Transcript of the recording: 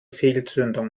fehlzündung